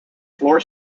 floor